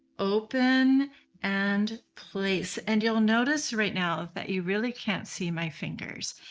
open and place. and you'll notice right now that you really can't see my fingers.